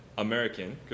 American